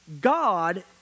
God